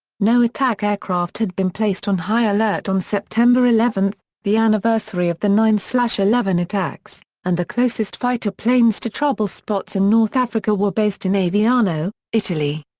no attack aircraft had been placed on high alert on september eleven, the anniversary of the nine eleven attacks, and the closest fighter planes to trouble spots in north africa were based in aviano, italy.